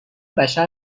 بشر